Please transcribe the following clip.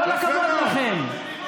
כל הכבוד לכם.